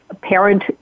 parent